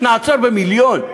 נעצור במיליון.